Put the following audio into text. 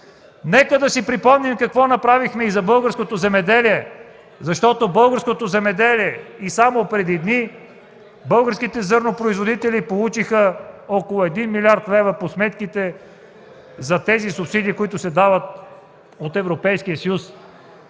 Нека да си припомним какво направихме и за българското земеделие. (Реплики от КБ.) Само преди дни българските зърнопроизводители получиха около 1 млрд. лв. по сметките за субсидиите, които се дават от Европейския съюз.